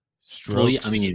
Strokes